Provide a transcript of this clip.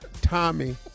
Tommy